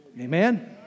Amen